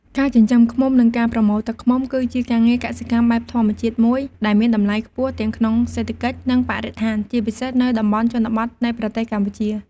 ការចិញ្ចឹមឃ្មុំ និងការប្រមូលទឹកឃ្មុំ គឺជាការងារកសិកម្មបែបធម្មជាតិមួយដែលមានតម្លៃខ្ពស់ទាំងក្នុងសេដ្ឋកិច្ច និងបរិស្ថាន ជាពិសេសនៅតំបន់ជនបទនៃប្រទេសកម្ពុជា។